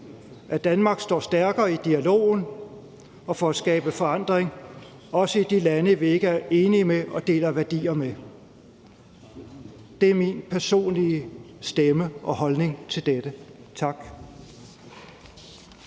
at Danmark står stærkere i dialogen og i forhold til at skabe forandring, også i de lande, vi ikke er enige med og deler værdier med. Det er min personlige stemme og holdning til dette. Tak.